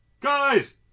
Guys